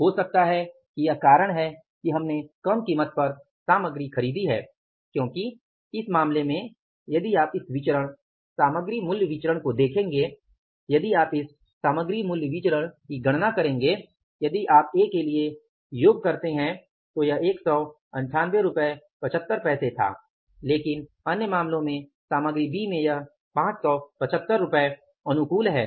हो सकता है कि यह कारण है कि हमने कम कीमत पर सामग्री खरीदी है क्योंकि इस मामले में यदि आप इस विचरण सामग्री मूल्य विचरण को देखेंगे यदि आप इस सामग्री मूल्य विचरण की गणना करेंगे यदि आप A के लिए योग करते हैं तो यह 19875 था लेकिन अन्य मामले सामग्री बी में यह 575 अनुकूल है